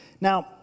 Now